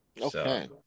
Okay